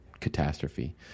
catastrophe